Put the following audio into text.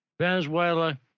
Venezuela